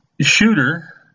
shooter